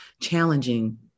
challenging